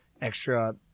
extra